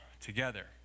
together